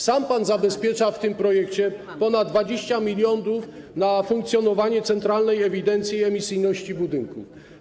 Sam pan zabezpiecza w tym projekcie ponad 20 mln na funkcjonowanie centralnej ewidencji emisyjności budynków.